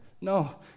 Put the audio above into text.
No